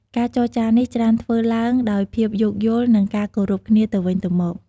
ការចរចានេះច្រើនធ្វើឡើងដោយភាពយោគយល់ និងការគោរពគ្នាទៅវិញទៅមក។